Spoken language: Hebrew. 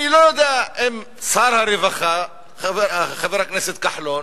אני לא יודע אם שר הרווחה חבר הכנסת כחלון